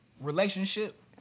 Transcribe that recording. relationship